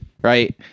right